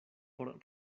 por